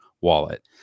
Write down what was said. wallet